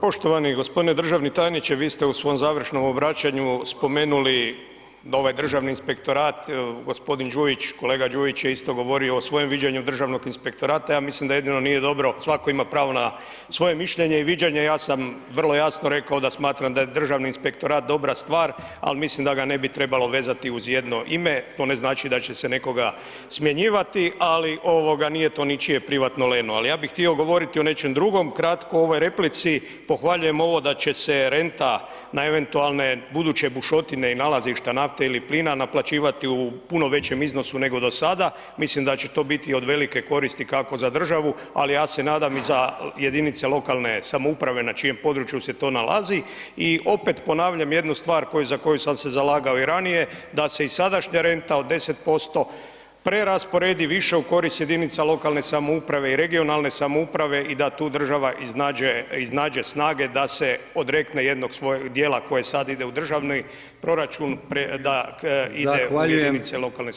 Poštovani g. državni tajniče, vi ste u svom završnom obraćanju spomenuli da ovaj Državni inspektorat, g. Đujić, kolega Đujić je isto govorio o svojem viđenju Državnog inspektorata, ja mislim da jedino nije dobro, svatko ima pravo na svoje mišljenje i viđenje, ja sam vrlo jasno rekao da smatram da je Državni inspektorat dobra stvar ali mislim da ga ne bi trebalo vezati uz jedno ime, to ne znači da će se nekoga smjenjivati ali nije to ničije privatno leno ali ja bi htio govoriti o nečem drugom, kratko u ovoj replici, pohvaljujem ovo da će se renta na eventualne buduće bušotine i nalazište nafte ili plina, naplaćivati u puno veće iznosu nego do sada, mislim da će to biti od velike koristi kako za državu ali ja se nadam i za jedinice lokalne samouprave na čijem području se to nalazi i opet ponavljam jednu stvar za koju sam se zalagao i ranije, da se i sadašnja renta od 10% prerasporedi više u korist jedinica lokalne samouprave i regionalne samouprave i da tu država iznađe snage da se odrekne jednog svog djela koje sad ide u državni proračun, da ide u jedinice lokalne samouprave, hvala lijepa.